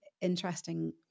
interesting